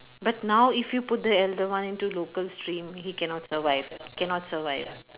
but now if you put the elder one into local stream he cannot survive cannot survive